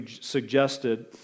suggested